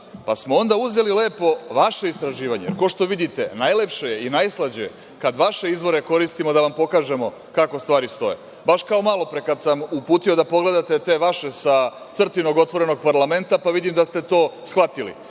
Onda smo uzeli lepo vaše istraživanje. Kao što vidite, najlepše je i najslađe kada vaše izvore koristimo da vam pokažemo kako stvari stoje, baš kao malopre, kada sam uputio da pogledate te vaše sa „Crtinog“ otvorenog parlamenta, pa vidim da ste to shvatili.